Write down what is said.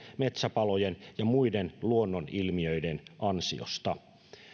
metsäpalojen ja muiden luonnonilmiöiden ansiosta